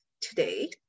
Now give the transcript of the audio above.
today